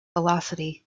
velocity